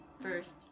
first